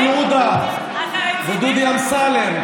מנסור עבאס.